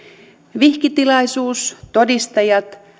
vihkitilaisuus todistajat